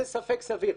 זה ספק סביר.